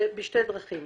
בשתי דרכים: